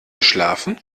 geschlafen